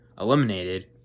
eliminated